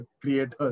creators